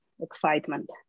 excitement